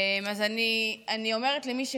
אז אני אומרת למי שכאן,